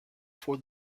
for